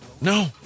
No